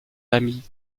amis